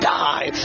die